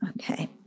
Okay